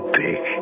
big